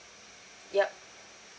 yup